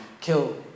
kill